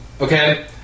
Okay